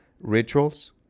rituals